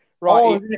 right